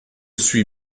suis